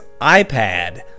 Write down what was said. iPad